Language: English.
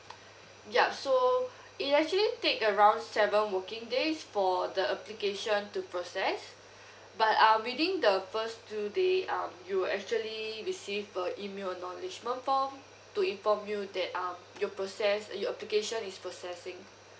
ya so it actually take around seven working days for the application to process but um within the first two day um you will actually receive a email acknowledgement form to inform you that um your process uh your application is processing